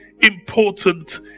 important